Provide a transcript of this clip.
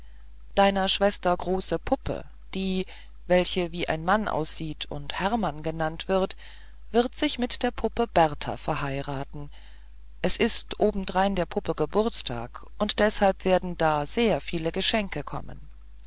deiner schwester große puppe die welche wie ein mann aussieht und hermann genannt wird wird sich mit der puppe bertha verheiraten es ist obendrein der puppe geburtstag und deshalb werden da sehr viele geschenke kommen